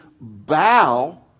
bow